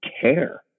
care